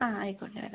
ആ ആയിക്കോട്ടെ വരാം